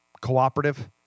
cooperative